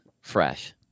fresh